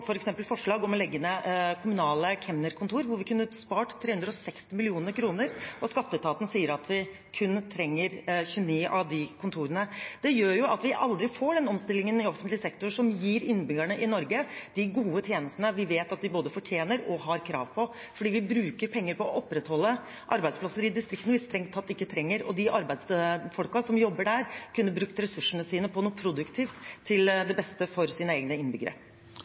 forslag om å legge ned kommunale kemnerkontor, der vi kunne spart 360 mill. kr. Skatteetaten sier at vi trenger kun 29 av de kontorene. Det gjør at vi aldri får den omstillingen i offentlig sektor som gir innbyggerne i Norge de gode tjenestene vi vet de både fortjener og har krav på, fordi vi bruker penger på å opprettholde distriktsarbeidsplasser vi strengt tatt ikke trenger. De arbeidsfolka som jobber der, kunne brukt ressursene sine på noe produktivt, til beste for sine innbyggere.